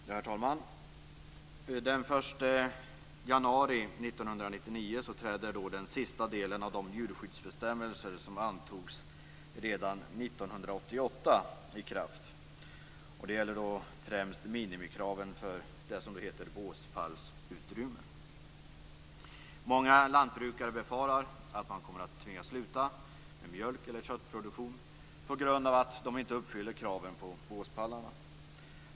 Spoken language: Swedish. Herr talman! Den 1 januari 1999 träder den sista delen av de djurskyddsbestämmelser som antogs redan 1988 i kraft. Det gäller då främst minimikraven för båspallsutrymme. Många lantbrukare befarar att de kommer att tvingas sluta med mjölk eller köttproduktion på grund av att de inte uppfyller kraven på båspallarna.